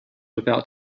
without